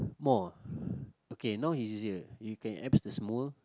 mall ah okay now easier you can apps this mall